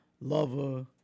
lover